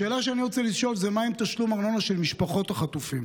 השאלה שאני רוצה לשאול: מה עם תשלום ארנונה של משפחות החטופים?